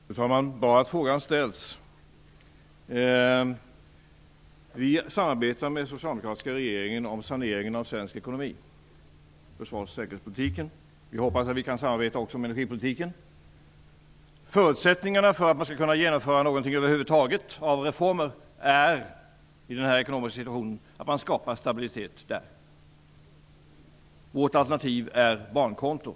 Fru talman! Det är bra att frågan ställs. Vi samarbetar med den socialdemokratiska regeringen om saneringen av svensk ekonomi och om försvars och säkerhetspolitiken. Vi hoppas att vi kan samarbeta också om energipolitiken. Förutsättningarna för att man skall kunna genomföra någonting över huvud taget av reformer är, i den här ekonomiska situationen, att man skapar stabilitet. Vårt alternativ är barnkonto.